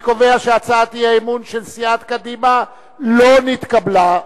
אני קובע שהצעת האי-אמון של סיעת קדימה לא נתקבלה.